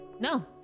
No